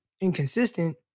inconsistent